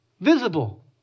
Visible